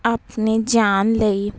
ਆਪਣੇ ਜਾਣ ਲਈ